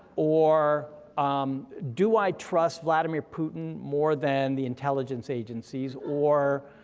or um do i trust vladimir putin more than the intelligence agencies, or